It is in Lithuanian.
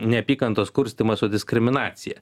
neapykantos kurstymas su diskriminacija